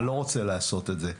אני לא רוצה לעשות את זה,